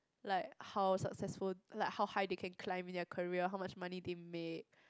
like how successful like how high they can climb in their career how much money they can make